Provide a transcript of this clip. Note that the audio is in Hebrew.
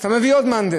אז אתה מביא עוד מהנדס,